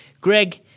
Greg